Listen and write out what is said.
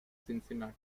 cincinnati